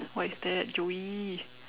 what is that Joey